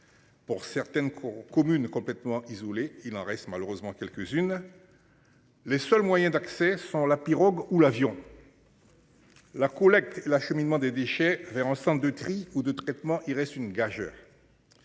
Pour certaines cours communes complètement. Il en reste malheureusement quelques-unes. Les seuls moyens d'accès sont la pirogue ou l'avion. La collecte et l'acheminement des déchets verts, centre de tri ou de traitements. Il reste une gageure.